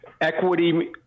equity